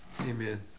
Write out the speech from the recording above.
Amen